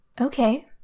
Okay